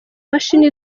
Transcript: imashini